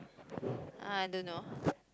I don't know